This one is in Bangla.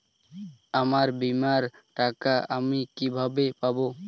আমার বীমার টাকা আমি কিভাবে পাবো?